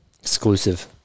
Exclusive